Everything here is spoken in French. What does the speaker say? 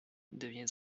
devient